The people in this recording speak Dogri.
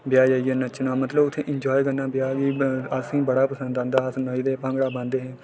ब्याह् जाइयै नच्चना मतलब उत्थै इंजॉय करना ब्याह् असेंगी बड़ा पसंद औंदा अस नच्चदे हे भांगड़ा पांदे हे